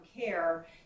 care